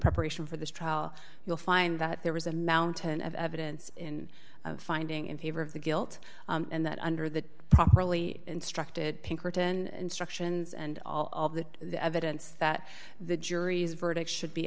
preparation for this trial you'll find that there was a mountain of evidence in finding in favor of the guilt and that under the properly instructed pinkerton instructions and all of that the evidence that the jury's verdict should be